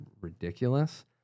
ridiculous